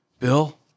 Bill